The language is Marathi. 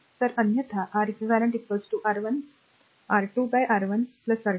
तर अन्यथा R eq R1 R2 R1 R2